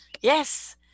Yes